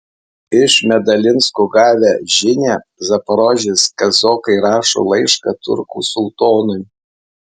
iš medalinsko gavę žinią zaporožės kazokai rašo laišką turkų sultonui